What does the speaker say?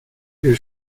hur